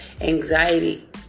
anxiety